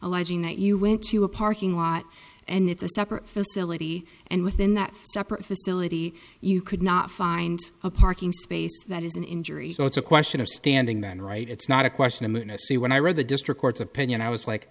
alleging that you went to a parking lot and it's a separate facility and within that separate facility you could not find a parking space that is an injury so it's a question of standing that right it's not a question i'm an a c when i read the district court's opinion i was like